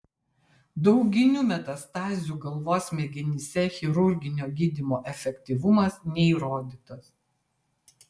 dauginių metastazių galvos smegenyse chirurginio gydymo efektyvumas neįrodytas